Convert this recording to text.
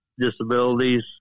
disabilities